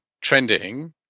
trending